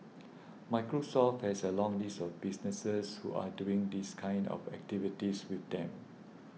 Microsoft has a long list of businesses who are doing these kind of activities with them